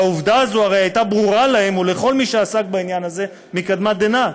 והעובדה הזאת הרי הייתה ברורה להם ולכל מי שעסק בעניין הזה מקדמת דנא.